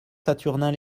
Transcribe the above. saturnin